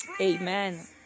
amen